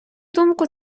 думку